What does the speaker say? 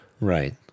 Right